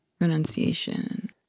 renunciation